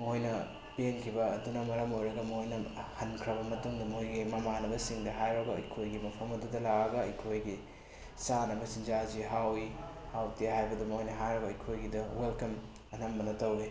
ꯃꯣꯍꯣꯏꯅ ꯄꯦꯟꯈꯤꯕ ꯑꯗꯨꯅ ꯃꯔꯝ ꯑꯣꯏꯔꯒ ꯃꯣꯏꯅ ꯍꯟꯈ꯭ꯔꯕ ꯃꯇꯨꯡꯗ ꯃꯣꯏꯒꯤ ꯃꯃꯥꯟꯅꯕꯁꯤꯡꯗ ꯍꯥꯏꯔꯒ ꯑꯩꯈꯣꯏꯒꯤ ꯃꯐꯝ ꯑꯗꯨꯗ ꯂꯥꯛꯑꯒ ꯑꯩꯈꯣꯏꯒꯤ ꯆꯥꯅꯕ ꯆꯤꯟꯖꯥꯛ ꯑꯁꯤ ꯍꯥꯎꯏ ꯍꯥꯎꯇꯦ ꯍꯥꯏꯕꯗꯨ ꯃꯣꯏꯅ ꯍꯥꯏꯔꯒ ꯑꯩꯈꯣꯏꯒꯤꯗ ꯋꯦꯜꯀꯝ ꯑꯅꯝꯕꯅ ꯇꯧꯏ